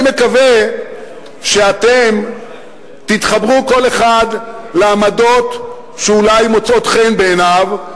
ואני מקווה שאתם תתחברו כל אחד לעמדות שאולי מוצאות חן בעיניו,